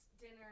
dinner